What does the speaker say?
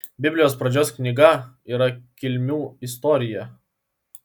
biblijos pradžios knyga yra kilmių istorija